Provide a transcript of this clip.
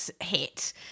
hit